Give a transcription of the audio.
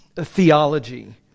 theology